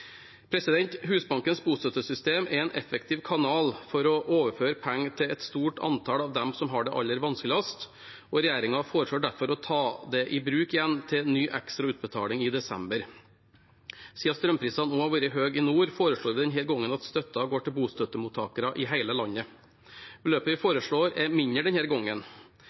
Husbankens bostøttesystem er en effektiv kanal for å overføre penger til et stort antall av dem som har det aller vanskeligst, og regjeringen foreslår derfor å ta det i bruk igjen til en ny ekstra utbetaling i desember. Siden strømprisene også har vært høye i nord, foreslår vi denne gangen at støtten går til bostøttemottakere i hele landet. Beløpet vi foreslår, er mindre denne gangen.